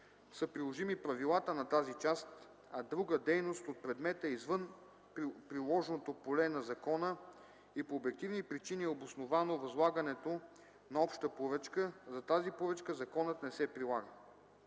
са приложими правилата на тази част, а друга дейност от предмета е извън приложното поле на закона и по обективни причини е обосновано възлагането на обща поръчка, за тази поръчка законът не се прилага.